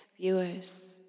viewers